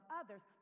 others